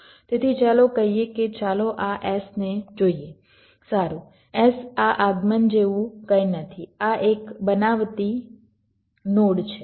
તેથી ચાલો કહીએ કે ચાલો આ s ને જોઈએ સારું s આ આગમન જેવું કંઈ નથી આ એક બનાવટી નોડ છે